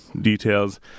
details